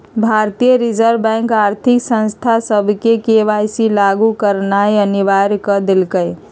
भारतीय reserve bank आर्थिक संस्था सभके के.वाई.सी लागु करनाइ अनिवार्ज क देलकइ